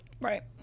Right